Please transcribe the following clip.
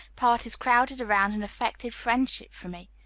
parties crowded around and affected friendship for me,